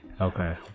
Okay